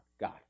God